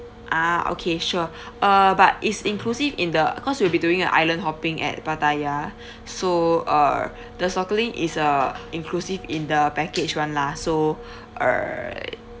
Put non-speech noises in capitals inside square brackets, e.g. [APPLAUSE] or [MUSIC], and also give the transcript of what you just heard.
ah okay sure [BREATH] uh but it's inclusive in the cause you'll be doing an island hopping at pattaya [BREATH] so err [BREATH] the snorkeling is uh inclusive in the package [one] lah so [BREATH] err